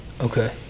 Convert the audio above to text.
Okay